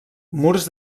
murs